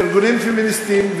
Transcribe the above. ארגונים פמיניסטיים,